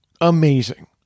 Amazing